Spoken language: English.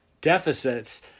deficits